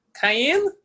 Cayenne